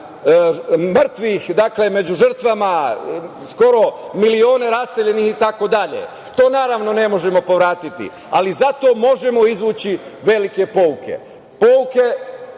mrtvih među žrtvama, skoro milione raseljenih itd. To, naravno, ne možemo povratiti. Ali, zato možemo izvući velike pouke. Pouke